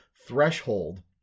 Threshold